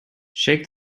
shake